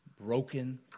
broken